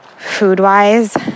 food-wise